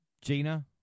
Gina